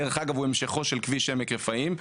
דרך אגב הוא המשכו של כביש עמק רפאים,